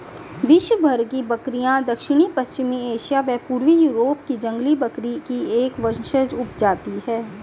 विश्वभर की बकरियाँ दक्षिण पश्चिमी एशिया व पूर्वी यूरोप की जंगली बकरी की एक वंशज उपजाति है